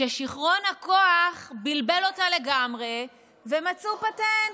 ששיכרון הכוח בלבל אותה לגמרי ומצאו פטנט: